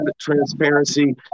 transparency